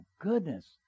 goodness